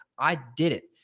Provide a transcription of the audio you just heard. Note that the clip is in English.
i did it.